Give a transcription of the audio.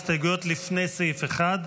הסתייגויות לפני סעיף 1,